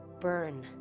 burn